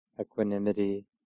equanimity